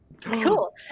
Cool